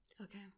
Okay